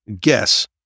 guess